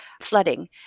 flooding